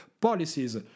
policies